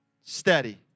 steady